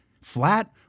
flat